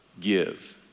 give